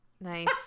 Nice